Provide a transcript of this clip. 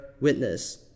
witness